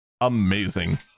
Amazing